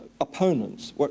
opponents